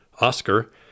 Oscar